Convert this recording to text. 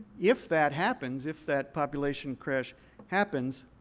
if that happens, if that population crash happens,